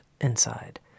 inside